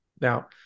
Now